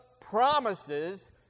promises